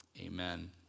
amen